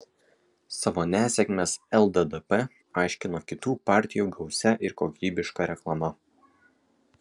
savo nesėkmes lddp aiškino kitų partijų gausia ir kokybiška reklama